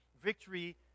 Victory